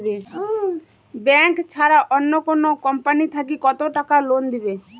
Bank ছাড়া অন্য কোনো কোম্পানি থাকি কত টাকা লোন দিবে?